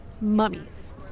mummies